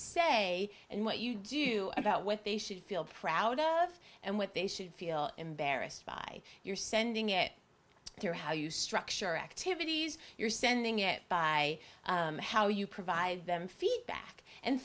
say and what you do about what they should feel proud of and what they should feel embarrassed by you're sending it through how you structure activities you're sending it by how you provide them feedback and